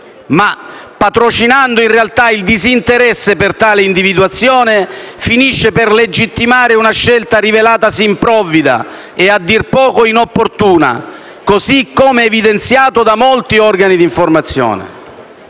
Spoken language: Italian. ma patrocinando, in realtà, il disinteresse per tale individuazione, finisce per legittimare una scelta rivelatasi improvvida e a dir poco inopportuna, così come evidenziato da molti organi di informazione.